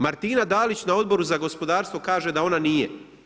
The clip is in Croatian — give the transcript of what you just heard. Martina Dalić na Odboru za gospodarstvo kaže da ona nije.